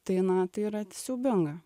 tai na tai yra siaubinga